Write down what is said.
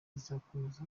izakomeza